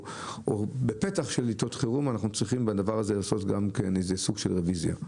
או בפתח של עתות חירום אנחנו צריכים בדבר הזה לעשות איזה סוג של רביזיה.